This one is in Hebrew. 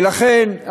ולכן,